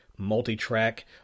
multi-track